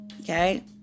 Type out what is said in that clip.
Okay